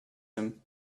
him